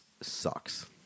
sucks